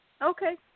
Okay